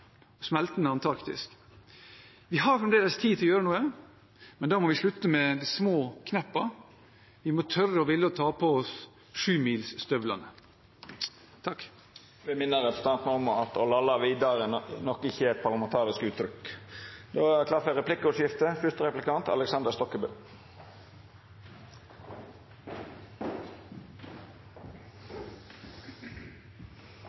og et smeltende Antarktis. Vi har fremdeles tid til å gjøre noe, men da må vi slutte med de små kneppene, vi må tørre – og ville – ta på oss sjumilsstøvlene. Presidenten vil minna representanten om at «å lalla vidare» nok ikkje er eit parlamentarisk uttrykk. Det vert replikkordskifte. For regjeringen er det